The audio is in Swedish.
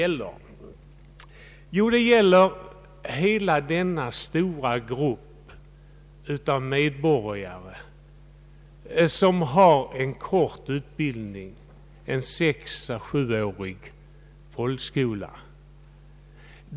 Jo, den gäller hela den stora grupp av medborgare som har en kort utbildning — sexå sjuårig folkskola.